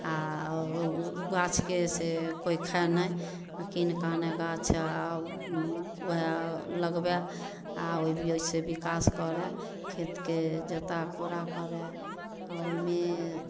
आ ओ गाछके से कोइ खाए नहि आ कीनिके आनए गाछ आ ओहए लगबए आ ओहिजे छै बिकास करए खेतके जोता कोड़ा कए रहए ओहिमे